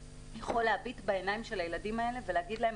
להביט בעיניים של הילדים האלה ולהגיד להם,